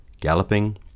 galloping